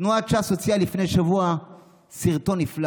תנועת ש"ס הוציאה לפני שבוע סרטון נפלא